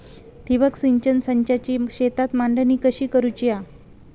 ठिबक सिंचन संचाची शेतात मांडणी कशी करुची हा?